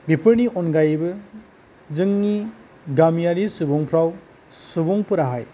बेफोरनि अनगायैबो जोंनि गामियारि सुबुंफोराहाय